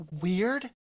weird